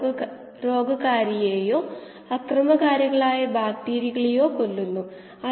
S F volumetric feed rate ആയിരിക്കുമ്പോൾ S ഔട്ട്ലെറ്റ്ലെ സബ്സ്ട്രേറ്റിന്റെ സാന്ദ്രത